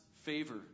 favor